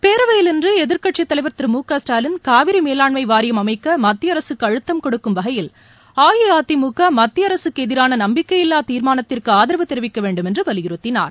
பேரவையில் இன்று எதிர்க்கட்சித் தலைவர் திரு முக ஸ்டாலின் காவிரி மேலாண்மை வாரியம் அமைக்க மத்திய அரசுக்கு அழுத்தம் கொடுக்கும் வகையில் அஇஅதிமுக மத்திய அரசுக்கு எதிரான நம்பிக்கையில்லா தீர்மானத்திற்கு ஆதரவு தெரிவிக்க வேண்டும் என்று வலியுறுத்தினார்